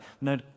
No